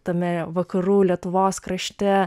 tame vakarų lietuvos krašte